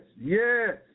yes